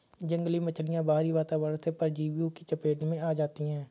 जंगली मछलियाँ बाहरी वातावरण से परजीवियों की चपेट में आ जाती हैं